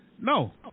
No